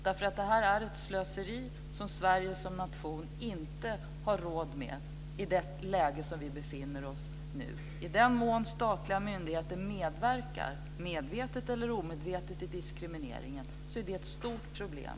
Det förekommer här ett slöseri som Sverige som nation inte har råd med i det läge som vi nu befinner oss i. I den mån statliga myndigheter medverkar, medvetet eller omedvetet, till diskrimineringen är det ett stort problem.